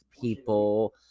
people